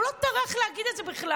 הוא לא טורח להגיד את זה בכלל,